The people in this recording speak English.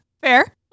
Fair